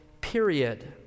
period